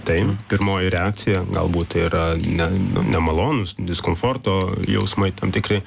tai pirmoji reakcija galbūt tai yra ne nu nemalonūs diskomforto jausmai tam tikri